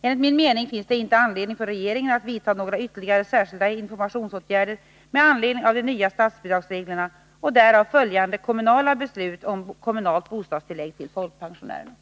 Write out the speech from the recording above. Enligt min mening finns det inte anledning för regeringen att vidta några ytterligare särskilda informationsåtgärder med anledning av de nya statsbidragsreglerna och därav följande kommunala beslut om kommunalt bostadstillägg till folkpensionärer.